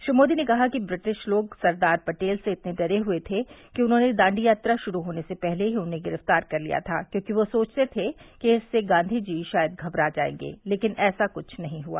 श्री मोदी ने कहा कि व्रिटिश लोग सरदार पटेल से इतने डरे हुए थे कि उन्होंने दांडी यात्रा शुरू होने से पहले ही उन्हें गिरफ्तार कर लिया था क्योंकि वे सोचते थे कि इससे गांधी जी शायद घबरा जाएंगे लेकिन ऐसा कुछ नहीं हुआ